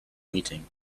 meeting